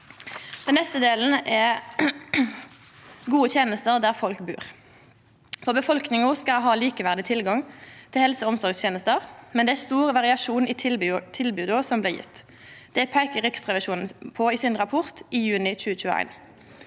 Den neste delen gjeld gode tenester der folk bur. Befolkninga skal ha likeverdig tilgang til helse og omsorgstenester, men det er stor variasjon i tilboda som blir gjevne. Det peiker Riksrevisjonen på i rapporten sin i juni 2021.